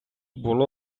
було